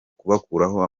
kubakuraho